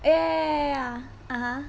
ya ya ya